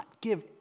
give